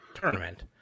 tournament